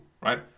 right